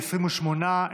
28,